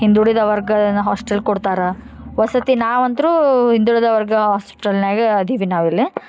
ಹಿಂದುಳಿದ ವರ್ಗ ಏನ ಹಾಸ್ಟೆಲ್ ಕೊಡ್ತಾರ ವಸತಿ ನಾವಂತ್ರೂ ಹಿಂದುಳಿದ ವರ್ಗ ಹಾಸ್ಟೆಲ್ನ್ಯಾಗ ಅದಿವಿ ನಾವಿಲ್ಲಿ